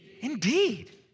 Indeed